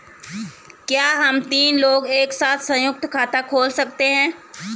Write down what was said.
क्या हम तीन लोग एक साथ सयुंक्त खाता खोल सकते हैं?